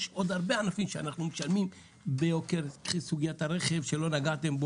יש עוד הרבה ענפים שאנחנו משלמים ביוקר קחי את סוגיית הרכב שלא נגעתם,